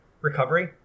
Recovery